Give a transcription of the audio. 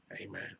Amen